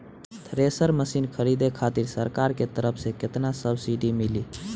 Thresher machine खरीदे खातिर सरकार के तरफ से केतना सब्सीडी मिली?